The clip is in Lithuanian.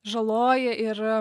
žaloja ir